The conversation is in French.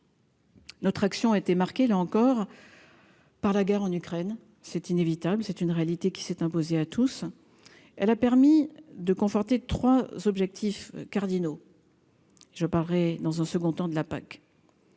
notre action a été marqué, là encore par la guerre en Ukraine, c'est inévitable, c'est une réalité qui s'est imposé à tous, elle a permis de conforter 3 objectifs cardinaux je parlerai dans un second temps, de la PAC